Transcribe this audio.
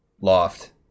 loft